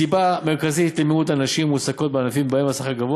סיבה מרכזית למיעוט הנשים המועסקות בענפים שבהם השכר גבוה,